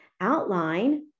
outline